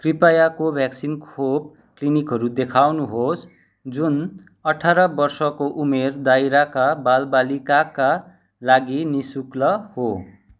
कृपया कोभ्याक्सिन खोप क्लिनिकहरू देखाउनुहोस् जुन अठार वर्षको उमेर दायराका बालबालिकाका लागि नि शुल्क हो